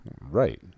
Right